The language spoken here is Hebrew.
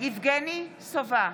יבגני סובה,